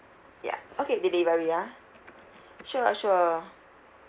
ya okay delivery ah sure sure